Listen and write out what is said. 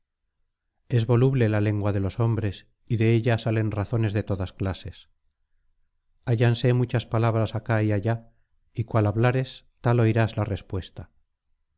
es voluble la lengua de los hombres y de ella salen razones de todas clases hállanse muchas palabras acá y allá y cual hablares tal oirás la respuesta